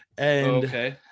Okay